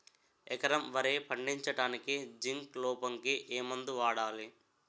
ఎకరం వరి పండించటానికి జింక్ లోపంకి ఏ మందు వాడాలి?